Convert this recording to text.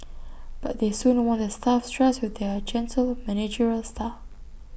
but they soon won the staff's trust with their gentle managerial style